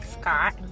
Scott